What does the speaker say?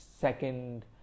Second